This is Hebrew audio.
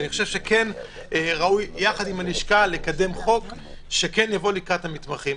ואני חושב שראוי יחד עם הלשכה לקדם חוק שיבוא לקראת המתמחים.